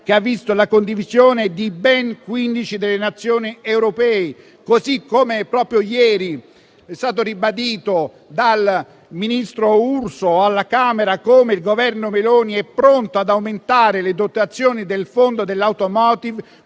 che ha visto la condivisione di ben quindici Nazioni europee. Proprio ieri è stato ribadito dal ministro Urso alla Camera dei deputati che il Governo Meloni è pronto ad aumentare le dotazioni del fondo per l'*automotive*